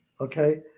Okay